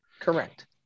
Correct